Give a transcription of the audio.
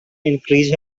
increase